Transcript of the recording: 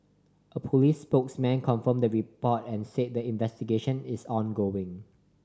a police spokesman confirmed the report and said the investigation is ongoing